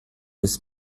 des